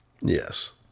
yes